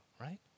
right